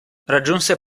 raggiunse